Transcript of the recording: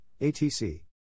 ATC